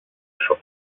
son